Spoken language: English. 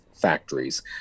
factories